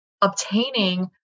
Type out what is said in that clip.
obtaining